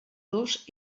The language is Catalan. dos